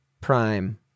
prime